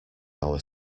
our